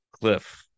cliff